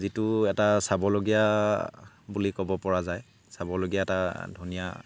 যিটো এটা চাবলগীয়া বুলি ক'ব পৰা যায় চাবলগীয়া এটা ধুনীয়া